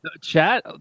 chat